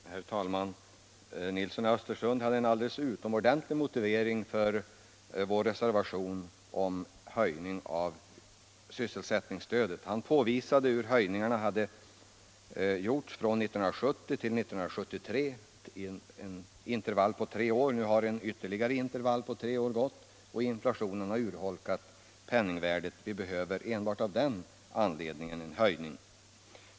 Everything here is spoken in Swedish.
Herr talman! Herr Nilsson i Östersund gav en alldeles utomordentlig motivering för vår reservation med krav på en höjning av sysselsättningsstödet. Han pekade på de höjningar som skett från 1970 till 1973, en period på tre år. Nu har ytterligare en period på tre år gått, och inflationen har urholkat penningvärdet. Det behövs enbart av den anledningen en höjning.